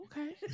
okay